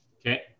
Okay